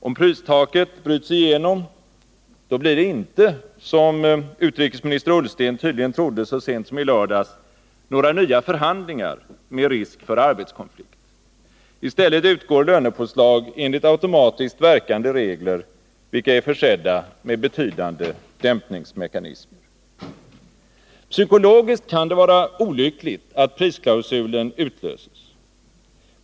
Om pristaket bryts igenom, blir det inte — som utrikesminister Ullsten tydligen trodde så sent som i lördags — några nya förhandlingar med risk för arbetskonflikt. I stället utgår lönepåslag enligt automatiskt verkande regler, vilka är försedda med betydande dämpningsmekanismer. Psykologiskt kan det vara olyckligt att prisklausulen utlöses.